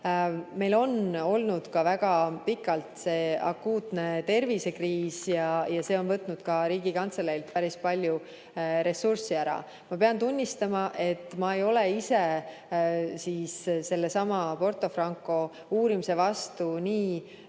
Meil on olnud ka väga pikalt see akuutne tervisekriis. See on võtnud ka Riigikantseleilt päris palju ressurssi ära. Ma pean tunnistama, et ma ei ole ise selle Porto Franco uurimise vastu